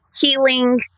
healing